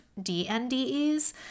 DNDEs